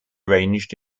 arranged